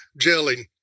gelling